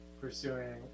pursuing